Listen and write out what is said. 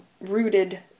rooted